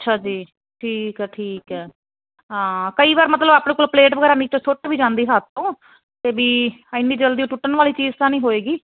ਅੱਛਾ ਜੀ ਠੀਕ ਆ ਠੀਕ ਹੈ ਹਾਂ ਕਈ ਵਾਰ ਮਤਲਬ ਆਪਣੇ ਕੋਲ ਪਲੇਟ ਨੀਚੋ ਸੁੱਟ ਵੀ ਜਾਂਦੀ ਹੱਥ ਤੋਂ ਤੇ ਵੀ ਇਨੀ ਜਲਦੀ ਟੁੱਟਣ ਵਾਲੀ ਚੀਜ਼ ਤਾਂ ਨਹੀਂ ਹੋਏਗੀ